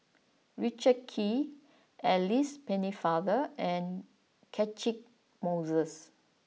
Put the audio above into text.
Richard Kee Alice Pennefather and Catchick Moses